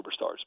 superstars